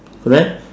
correct